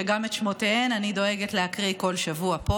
שגם את שמותיהן אני דואגת להקריא כל שבוע פה.